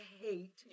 hate